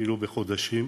אפילו חודשים,